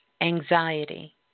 anxiety